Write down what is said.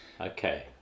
Okay